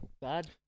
Bad